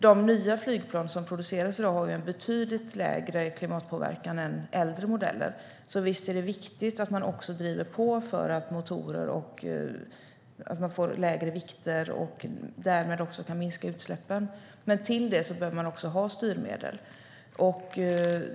De nya flygplan som produceras i dag har en betydligt lägre klimatpåverkan än äldre modeller, så visst är det viktigt att man driver på för bättre motorer och lägre vikter och därmed också minskade utsläpp. Men till det behöver man ha styrmedel.